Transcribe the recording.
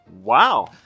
Wow